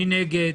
מי נגד?